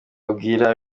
abwira